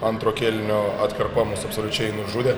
antro kėlinio atkarpa mus absoliučiai nužudė